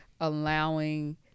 allowing